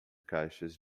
caixas